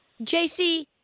JC